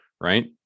right